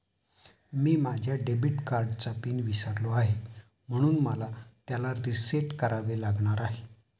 मी माझ्या डेबिट कार्डचा पिन विसरलो आहे म्हणून मला त्याला रीसेट करावे लागणार आहे